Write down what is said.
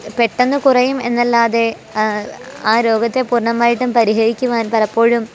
പെട്ടെന്ന് കുറയും എന്നല്ലാതെ ആ രോഗത്തെ പൂർണമായിട്ടും പരിഹരിക്കുവാൻ പലപ്പോഴും